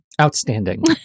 Outstanding